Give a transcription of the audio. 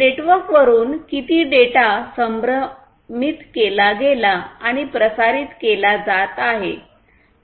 नेटवर्कवरुन किती डेटा संभ्रमित केला गेला आणि प्रसारित केला जात आहे